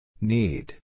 Need